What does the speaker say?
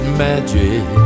magic